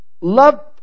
love